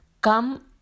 Come